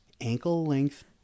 Ankle-length